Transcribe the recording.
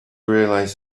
realize